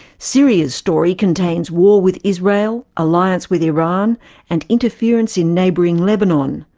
syria's story contains war with israel, alliance with iran and interference in neighbouring lebanon,